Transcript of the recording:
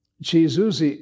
Jesus